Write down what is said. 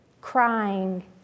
crying